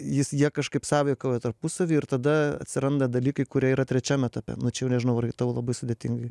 jis jie kažkaip sąveikauja tarpusavy ir tada atsiranda dalykai kurie yra trečiam etape nu čia jau nežinau ar jau tau labai sudėtingai